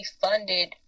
funded